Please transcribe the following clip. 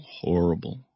horrible